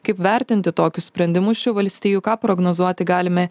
kaip vertinti tokius sprendimus šių valstijų ką prognozuoti galime